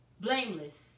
blameless